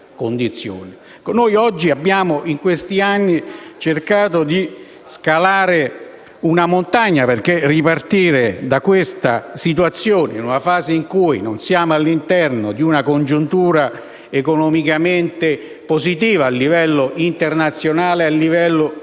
condizione. In questi anni abbiamo cercato di scalare una montagna per ripartire da quella situazione in una fase in cui non siamo all'interno di una congiuntura economicamente positiva a livello internazionale ed europeo;